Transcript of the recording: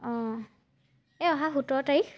অঁ এই অহা সোতৰ তাৰিখ